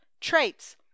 traits